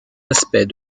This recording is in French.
aspects